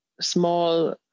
small